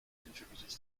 contributors